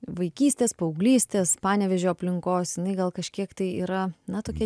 vaikystės paauglystės panevėžio aplinkos jinai gal kažkiek tai yra na tokia